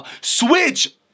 switch